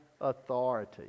authority